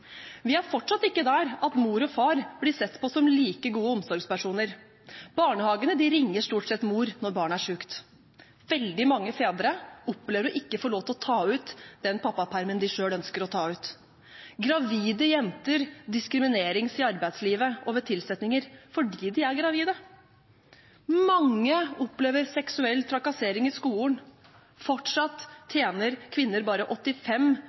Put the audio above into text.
Vi er fortsatt ikke der at mor og far blir sett på som like gode omsorgspersoner. Barnehagene ringer stort sett mor når barnet er sykt. Veldig mange fedre opplever å ikke få lov til å ta ut den pappapermen de selv ønsker å ta ut. Gravide jenter diskrimineres i arbeidslivet og ved tilsettinger fordi de er gravide. Mange opplever seksuell trakassering i skolen. Fortsatt tjener kvinner bare 85